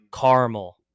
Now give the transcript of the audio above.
caramel